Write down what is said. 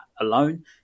alone